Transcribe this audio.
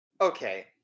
Okay